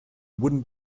wooden